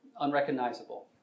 unrecognizable